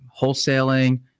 wholesaling